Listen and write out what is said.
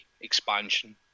expansion